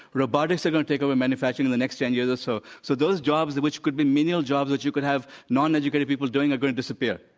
robotics are going to take over manufacturing in the next ten years or so. so those jobs which could be menial jobs that you could have non-educated people doing, they're going to disappear.